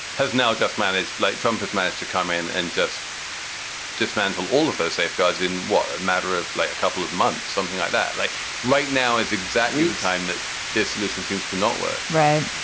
has now just managed, like trump has managed to come in and just dismantle all of those safeguards in a matter of like a couple of months, something like that. like right now is exactly the time that the solution seems to not work right.